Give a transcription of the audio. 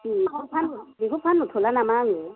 बेखौ फानहर बेखौ फानहरथ'ला नामा आङो